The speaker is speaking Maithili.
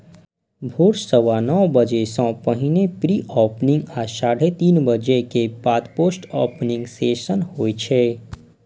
भोर सवा नौ बजे सं पहिने प्री ओपनिंग आ साढ़े तीन बजे के बाद पोस्ट ओपनिंग सेशन होइ छै